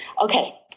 okay